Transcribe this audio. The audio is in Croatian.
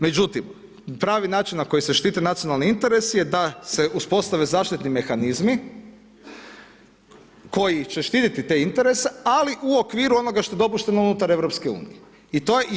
Međutim, pravi način na koji se štite nacionalni interesi, je da se uspostave zaštitni mehanizmi koji će štititi te interese, ali u okviru onoga što je dopušteno unutar Europske unije.